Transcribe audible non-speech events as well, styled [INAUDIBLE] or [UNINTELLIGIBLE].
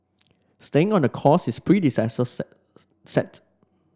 staying on the course his predecessor [UNINTELLIGIBLE] set